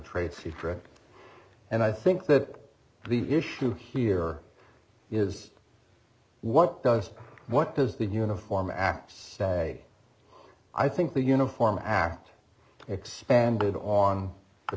trade secret and i think that the issue here is what does what does the uniform aps say i think the uniform act expanded on the